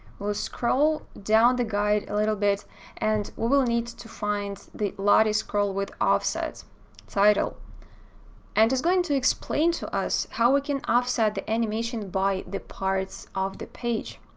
we'll scroll down the guide a little bit and we will need to find the lottie scroll with offset title and it's going to explain to us how we can offset the animation by the parts of the page.